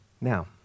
Now